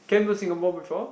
came to Singapore before